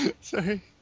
Sorry